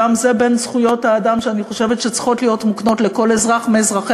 גם זה בין זכויות האדם שאני חושבת שצריכות להיות מוקנות לכל אזרח מאזרחי